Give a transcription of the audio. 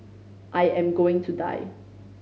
I am going to die